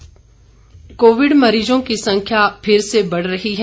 Covid संदेश Covid मरीजों की संख्या फिर से बढ़ रही है